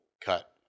cut